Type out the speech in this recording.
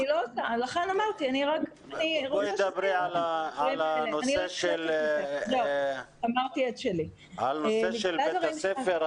תדברי על נושא בית הספר,